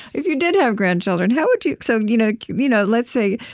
if you did have grandchildren, how would you so you know you know let's say,